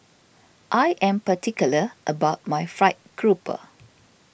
I am particular about my Fried Grouper